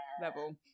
level